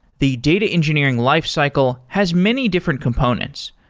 the data engineering lifecycle has many different components,